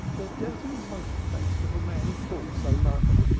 the dirty monkey-faced little man who talks so much.